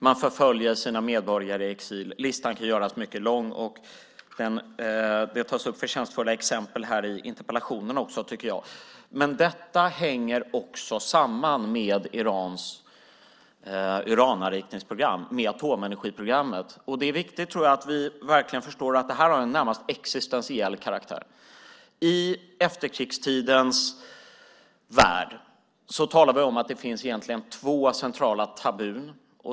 Man förföljer sina medborgare i exil. Listan kan göras mycket lång. Jag tycker också att det tas upp förtjänstfulla exempel i interpellationen. Men detta hänger också samman med Irans urananrikningsprogram, med atomenergiprogrammet. Jag tror att det är viktigt att vi verkligen förstår att detta har en närmast existentiell karaktär. I efterkrigstidens värld talar vi om att det egentligen finns två centrala tabun.